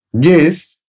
Yes